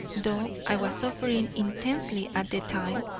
though i was suffering intensely at the time,